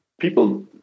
People